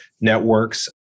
networks